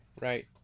right